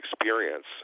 experience